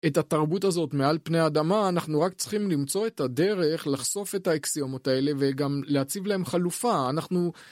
את התרבות הזאת מעל פני האדמה אנחנו רק צריכים למצוא את הדרך לחשוף את האקסיומות האלה וגם להציב להם חלופה, אנחנו...